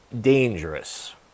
dangerous